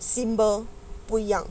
symbol 不一样